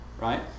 right